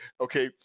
Okay